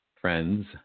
friends